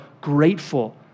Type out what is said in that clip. grateful